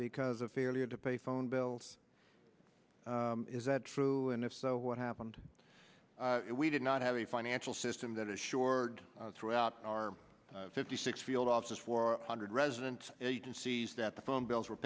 because of failure to pay phone bills is that true and if so what happened if we did not have a financial system that assured throughout our fifty six field offices four hundred resident agencies that the phone bills were